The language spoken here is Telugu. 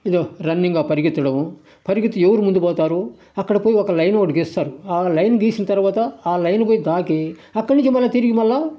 ఇదో రన్నింగ్ పరిగెత్తడము పరిగెత్తి ఎవరు ముందు పోతారు అక్కడి పోయి ఒక లైను ఒకటి గీస్తారు ఆ లైన్ గీసిన తర్వాత ఆ లైన్ పోయ్ తాకి అక్కడ నించి మళ్ళా తిరిగి మళ్ళా